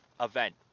event